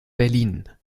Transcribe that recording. berlin